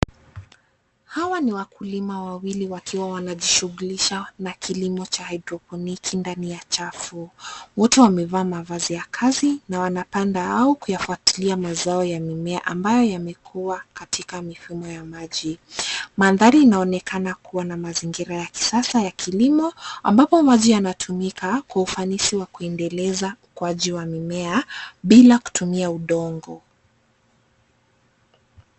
Hawa ni wakulima wawili wakiwa wanajishughulisha na kilimo cha hydroponiki ndani ya chafu. Wote wamevaa mavazi ya kazi, na wanapanda hao, kuyafuatilia mazao ya mimea ambayo yamekuwa katika mifumo ya maji. Mandhari yanaonekana kuwa na mazingira ya kisasa ya kilimo, ambapo maji yanatumika kwa ufanisi wa kuendeleza ukuaji wa mimea, bila kutumia udongo.